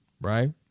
right